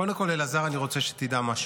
קודם כול, אלעזר, אני רוצה שתדע משהו.